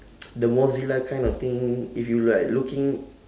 the mozilla kind of thing if you like looking